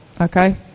Okay